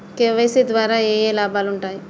KYC ద్వారా ఏఏ లాభాలు ఉంటాయి?